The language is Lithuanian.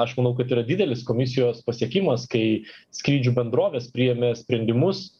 aš manau kad yra didelis komisijos pasiekimas kai skrydžių bendrovės priėmė sprendimus